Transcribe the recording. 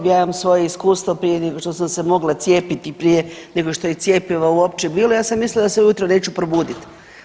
Ja imam svoje iskustvo prije nego što sam se mogla cijepiti prije nego što je cjepivo uopće bilo ja sam mislila da se ujutro neću probudit.